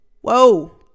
Whoa